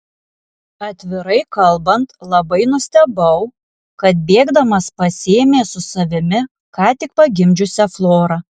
atvirai kalbant labai nustebau kad bėgdamas pasiėmė su savimi ką tik pagimdžiusią florą